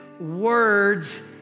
words